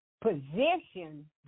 position